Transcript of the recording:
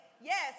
Yes